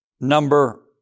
number